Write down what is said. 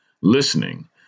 Listening